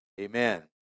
Amen